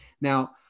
now